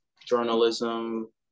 journalism